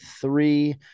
three